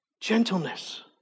Gentleness